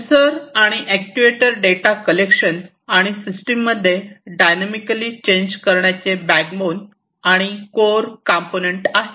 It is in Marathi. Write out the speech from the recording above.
सेन्सर आणि अॅक्ट्युएटर डेटा कलेक्शन आणि सिस्टम मध्ये डायनामीकली चेंज करण्याचे बॅकबोन आणि कोअर कंपोनेंट आहेत